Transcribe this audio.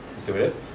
intuitive